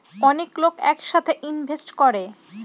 অনেক লোক এক সাথে ইনভেস্ট করে